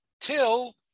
till